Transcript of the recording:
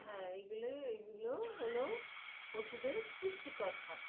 হ্যাঁ এইগুলো এইগুলো হলো পশুদের পুষ্টিকর খাদ্য